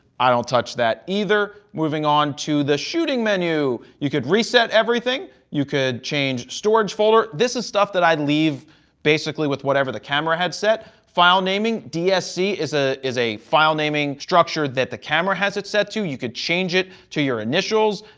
i don't touch that either. moving on to the shooting menu, you could reset everything. you could change storage folder. this is stuff that i'd leave basically with whatever the camera had set. file naming dsc is ah is a file naming structure that the camera has it set to. you could change it to your initials.